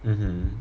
mmhmm